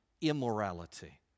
immorality